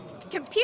Computer